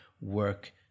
work